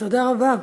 תודה רבה.